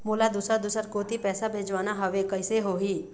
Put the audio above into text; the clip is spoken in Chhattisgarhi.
मोला दुसर दूसर कोती पैसा भेजवाना हवे, कइसे होही?